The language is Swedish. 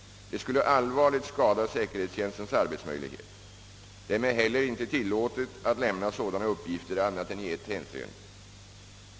Det skulle allvarligt skada säkerhetstjänstens arbetsmöjligheter. Det är mig inte heller tillåtet att lämna sådana uppgifter annat än i ett hänseende.